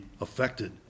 affected